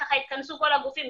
התכנסו כל הגופים,